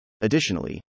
Additionally